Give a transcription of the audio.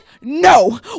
No